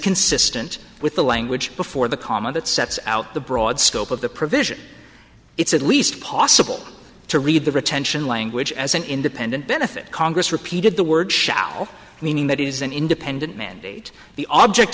consistent with the language before the comma that sets out the broad scope of the provision it's at least possible to read the retention language as an independent benefit congress repeated the word shall meaning that is an independent mandate the object